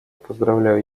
поздравляю